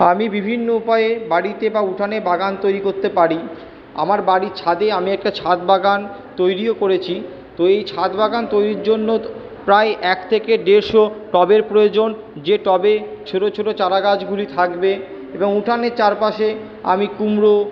আমি বিভিন্ন উপায়ে বাড়িতে বা উঠানে বাগান তৈরি করতে পারি আমার বাড়ির ছাদে আমি একটা ছাদ বাগান তৈরিও করেছি তো এই ছাদ বাগান তৈরির জন্য প্রায় এক থেকে দেড়শো টবের প্রয়োজন যে টবে ছোটো ছো্টো চারাগাছগুলি থাকবে এবং উঠানের চারপাশে আমি কুমড়ো